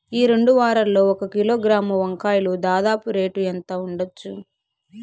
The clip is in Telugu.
ఈ రెండు వారాల్లో ఒక కిలోగ్రాము వంకాయలు దాదాపు రేటు ఎంత ఉండచ్చు?